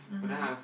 mmhmm